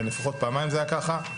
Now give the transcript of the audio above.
לפחות פעמיים זה היה ככה.